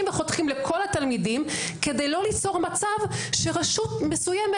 וחותכים לכל התלמידים כדי לא ליצור מצב שרשות מסוימת